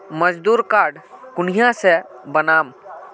मजदूर कार्ड कुनियाँ से बनाम?